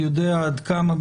יודע עד כמה,